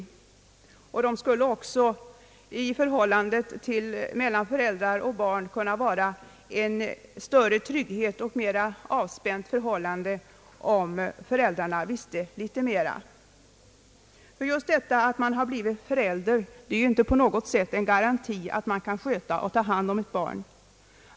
Föräldrarna skulle också kunna ge större trygghet åt barnen om de visste litet mera. Just detta att man blivit förälder är inte på något sätt en garanti för att man kan sköta och ta hand om ett barn.